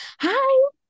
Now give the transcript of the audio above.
hi